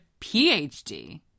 PhD